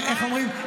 איך אומרים,